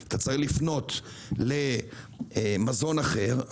אתה צריך לפנות למזון אחר,